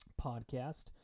podcast